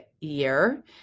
year